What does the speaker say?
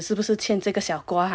是不是欠这个小瓜